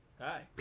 Hi